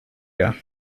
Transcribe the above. jag